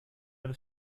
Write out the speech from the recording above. eine